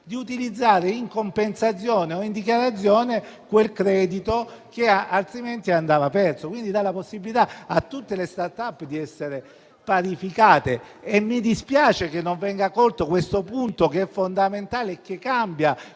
di utilizzare in compensazione o in dichiarazione quel credito che altrimenti sarebbe andato perso. Quindi si dà la possibilità a tutte le *start-up* di essere parificate. Mi dispiace che non venga colto questo punto, che è fondamentale e cambia